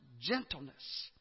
gentleness